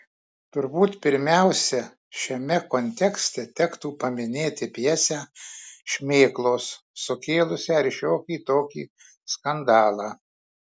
turbūt pirmiausia šiame kontekste tektų paminėti pjesę šmėklos sukėlusią ir šiokį tokį skandalą